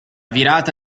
virata